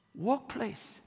Workplace